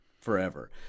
forever